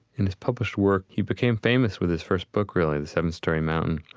in his published work, he became famous with his first book, really, the seven storey mountain.